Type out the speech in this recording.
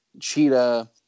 cheetah